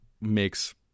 makes